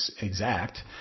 exact